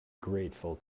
grateful